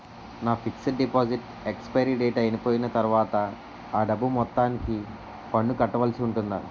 నా fixed deposit expiry date అయిపోయిన తర్వాత అ డబ్బు మొత్తానికి పన్ను కట్టాల్సి ఉంటుందా?